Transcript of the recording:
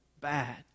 bad